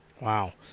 Wow